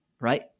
right